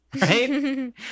right